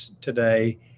today